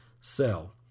sell